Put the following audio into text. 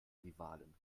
rivalen